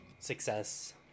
success